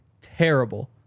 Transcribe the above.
terrible